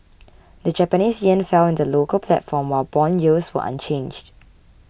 the Japanese yen fell in the local platform while bond yields were unchanged